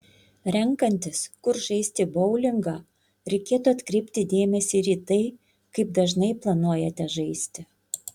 renkantis kur žaisti boulingą reikėtų atkreipti dėmesį ir į tai kaip dažnai planuojate žaisti